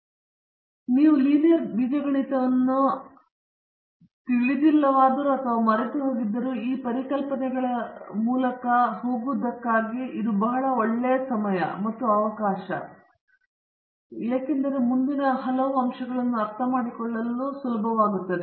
ಆದರೆ ನೀವು ಲೀನಿಯರ್ ಬೀಜಗಣಿತವನ್ನು ತಿಳಿದಿಲ್ಲವಾದರೂ ಅಥವಾ ನೀವು ಮರೆತುಹೋದಿದ್ದರೂ ಈ ಪರಿಕಲ್ಪನೆಗಳ ಮೂಲಕ ಹೋಗುವುದಕ್ಕಾಗಿ ಇದು ಬಹಳ ಒಳ್ಳೆಯ ಸಮಯ ಮತ್ತು ಅವಕಾಶ ನಂತರ ನಾನು ಮುಂದಿನದನ್ನು ಹೇಳಲು ಅರ್ಥ ಮಾಡಿಕೊಳ್ಳುತ್ತಿದ್ದೇನೆ